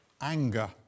anger